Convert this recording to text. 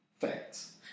Facts